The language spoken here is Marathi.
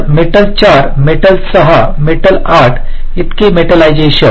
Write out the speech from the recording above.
तर मेटल 4 मेटल 6 मेटल 8 इतके मेंटॅलिझशन